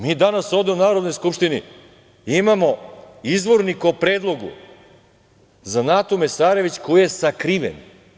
Mi danas ovde u Narodnoj skupštini imamo izvornik u predlogu za Natu Mesarević koji je sakriven.